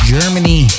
Germany